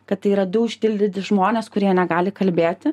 kad tai yra du užtildyti žmonės kurie negali kalbėti